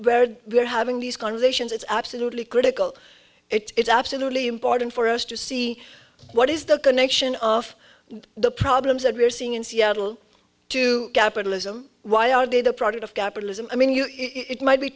where we're having these conversations it's absolutely critical it's absolutely important for us to see what is the connection of the problems that we're seeing in seattle to capitalism why are they the product of capitalism i mean you it might be